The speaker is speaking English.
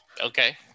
Okay